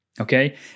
Okay